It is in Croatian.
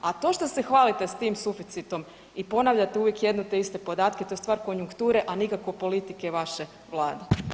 A to što se hvalite s tim suficitom i ponavljate uvijek jedne te iste podatke, to je stvar konjunkture a nikako politike vaše Vlade.